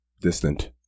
Distant